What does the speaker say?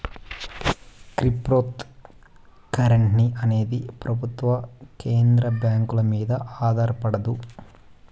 cryptocurrency అనేది ప్రభుత్వం కేంద్ర బ్యాంకుల మీద ఆధారపడదు